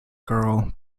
girl